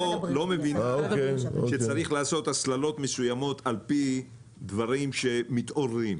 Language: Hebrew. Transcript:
לא מבינה שצריך לעשות הסללות מסוימות על פי דברים שמתעוררים.